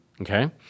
okay